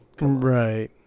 Right